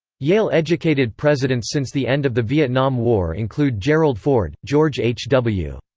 yale-educated presidents since the end of the vietnam war include gerald ford, george h w.